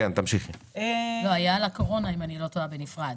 על הקורונה היה בנפרד.